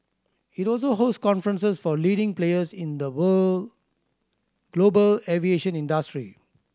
it also host conferences for leading players in the global aviation industry